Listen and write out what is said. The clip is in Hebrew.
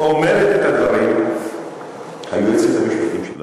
אומרת את הדברים היועצת המשפטית של הוועדה.